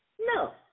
No